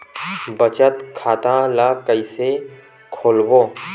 बचत खता ल कइसे खोलबों?